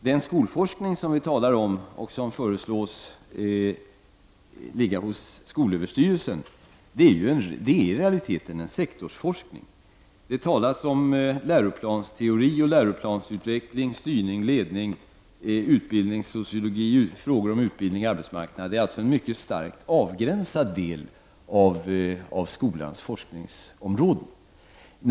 Den skolforskning som vi talar om, och som föreslås ligga hos skolöverstyrelsen, är i realiteten en sektorsforskning. Det talas bl.a. om läroplansteori, läroplansutveckling, styrning, ledning, utbildningssociologi, frågor om utbildning och arbetsmarknad. Det är alltså en mycket starkt avgränsad del av skolans forskningsområde.